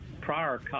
prior